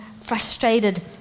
frustrated